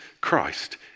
Christ